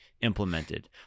implemented